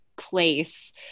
place